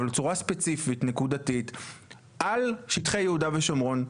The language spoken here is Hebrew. אבל בצורה ספציפית נקודתית על שטחי יהודה ושומרון,